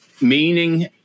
meaning